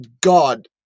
God